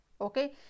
okay